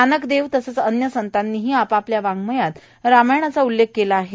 नानकदेव तसेच अन्य संतांनीही आपापल्या वाड्मयात रामायणाचा उल्लेख केला आहे